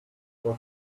for